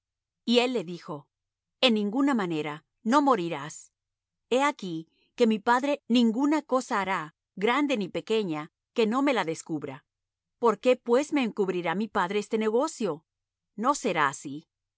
y él le dijo en ninguna manera no morirás he aquí que mi padre ninguna cosa hará grande ni pequeña que no me la descubra por qué pues me encubrirá mi padre este negocio no será así